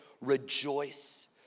rejoice